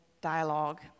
dialogue